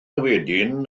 wedyn